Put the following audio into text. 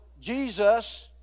Jesus